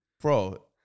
bro